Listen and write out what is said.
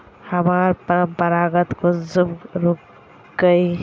हमार पोरपरागण कुंसम रोकीई?